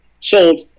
sold